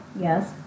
Yes